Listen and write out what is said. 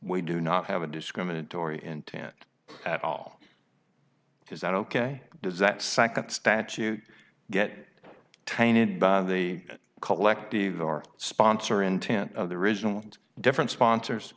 we do not have a discriminatory intent at all is that ok does that second statute get tainted by the collective or sponsor intent of the original and different sponsors